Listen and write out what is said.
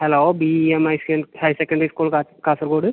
hello B E M higher secondary school Kasaragod